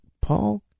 Paul